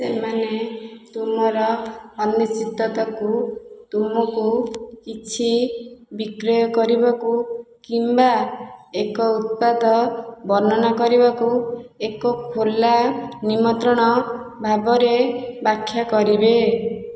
ସେମାନେ ତୁମର ଅନିଶ୍ଚିତତାକୁ ତୁମକୁ କିଛି ବିକ୍ରୟ କରିବାକୁ କିମ୍ବା ଏକ ଉତ୍ପାଦ ବର୍ଣ୍ଣନା କରିବାକୁ ଏକ ଖୋଲା ନିମନ୍ତ୍ରଣ ଭାବରେ ବ୍ୟାଖ୍ୟା କରିବେ